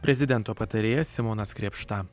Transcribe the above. prezidento patarėjas simonas krėpšta